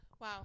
Wow